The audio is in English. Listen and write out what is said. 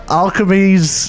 alchemies